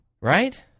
Right